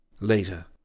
Later